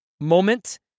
moment